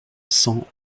cent